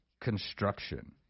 construction